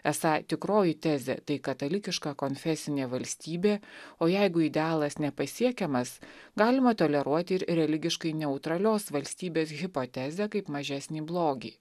esą tikroji tezė tai katalikiška konfesinė valstybė o jeigu idealas nepasiekiamas galima toleruoti ir religiškai neutralios valstybės hipotezę kaip mažesnį blogį